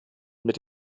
mit